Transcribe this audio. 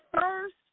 first